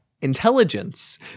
intelligence